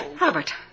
Robert